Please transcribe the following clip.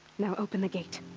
now open the gate.